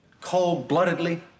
cold-bloodedly